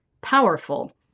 powerful